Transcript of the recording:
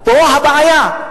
פה הבעיה.